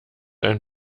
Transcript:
ein